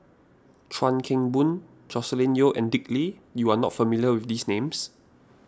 Chuan Keng Boon Joscelin Yeo and Dick Lee you are not familiar with these names